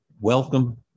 welcome